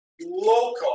local